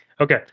Okay